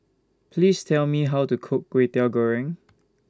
Please Tell Me How to Cook Kway Teow Goreng